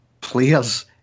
players